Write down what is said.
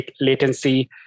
latency